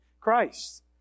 Christ